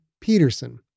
Peterson